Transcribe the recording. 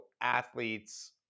athletes